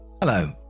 Hello